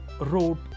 wrote